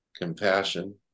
compassion